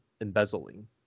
embezzling